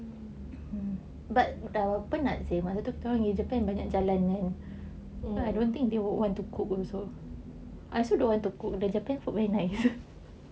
but penat seh masa tu kita pergi japan banyak jalan so I don't think they would want to cook also I also don't want to cook the japan food very nice